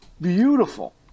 beautiful